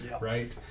right